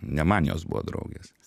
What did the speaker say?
ne man jos buvo draugės